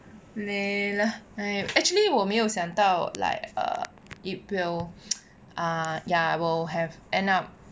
没了 actually 我没有想到 like err it will ah ya we will have end up